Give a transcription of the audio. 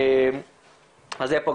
שלום,